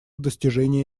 достижении